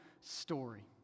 story